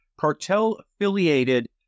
Cartel-affiliated